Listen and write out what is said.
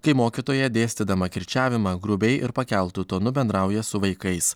kai mokytoja dėstydama kirčiavimą grubiai ir pakeltu tonu bendrauja su vaikais